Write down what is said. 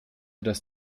das